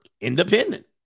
independent